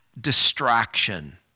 distraction